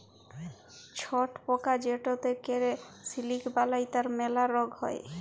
ছট পকা যেটতে ক্যরে সিলিক বালাই তার ম্যালা রগ হ্যয়